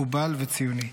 מקובל וציוני.